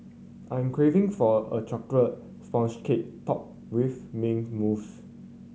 I'm craving for a chocolate sponge cake topped with mint mousse